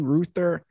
Ruther